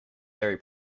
ferry